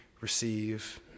receive